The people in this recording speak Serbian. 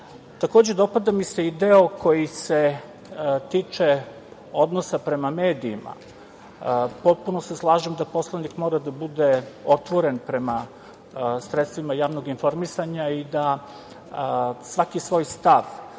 dopada mi se i deo koji se tiče odnosa prema medijima. Potpuno se slažem da poslanik mora da bude otvoren prema sredstvima javnog informisanja i da svaki svoj stav